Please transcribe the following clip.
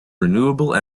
renewable